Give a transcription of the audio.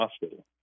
Hospital